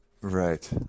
Right